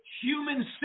human